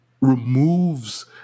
removes